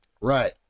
Right